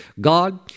God